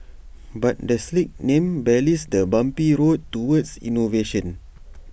but the slick name belies the bumpy road towards innovation